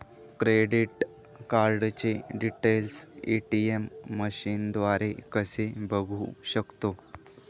Credit कार्डचे details ATM मशीनद्वारे कसे बघू शकतो?